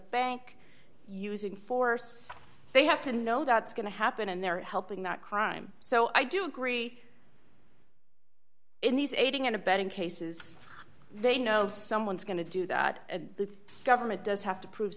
bank using force they have to know that's going to happen and they're helping that crime so i do agree in these aiding and abetting cases they know if someone's going to do that the government does have to prove